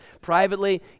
privately